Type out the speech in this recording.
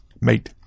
mate